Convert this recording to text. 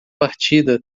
partida